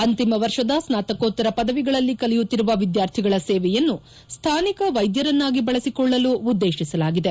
ಅಂತಿಮ ವರ್ಷದ ಸ್ನಾತಕೋತ್ತರ ಪದವಿಗಳಲ್ಲಿ ಕಲಿಯುತ್ತಿರುವ ವಿದ್ಯಾರ್ಥಿಗಳ ಸೇವೆಯನ್ನು ಸ್ಥಾನಿಕ ವೈದ್ಯರನ್ನಾಗಿ ಬಳಸಿಕೊಳ್ಳಲು ಉದ್ದೇಶಿಸಲಾಗಿದೆ